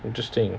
interesting